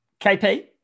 KP